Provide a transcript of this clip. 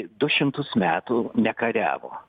du šimtus metų nekariavo